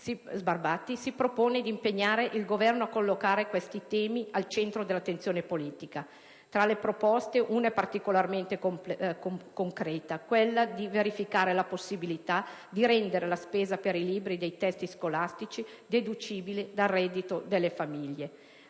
si propone di impegnare il Governo a collocare i suddetti temi al centro dell'attenzione politica. Tra le proposte, una è particolarmente concreta, ossia quella di verificare la possibilità di rendere la spesa per i libri dei testi scolastici deducibile dal reddito delle famiglie,